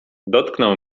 dotknął